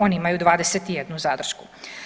Oni imaju 21 zadršku.